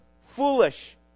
foolish